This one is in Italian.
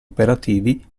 operativi